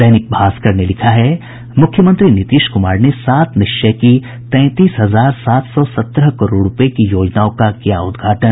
दैनिक भास्कर ने लिखा है मुख्यमंत्री नीतीश कुमार ने सात निश्चय की तैंतीस हजार सात सौ सत्रह करोड़ रूपये की योजनाओं का किया उद्घाटन